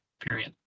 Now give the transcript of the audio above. period